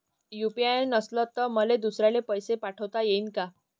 UPI नसल तर मले दुसऱ्याले पैसे पाठोता येईन का?